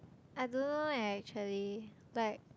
I don't know leh actually but